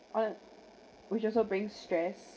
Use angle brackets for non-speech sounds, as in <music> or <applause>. <noise> which also bring stress